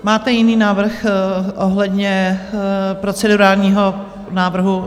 Máte jiný protinávrh ohledně procedurálního návrhu?